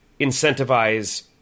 incentivize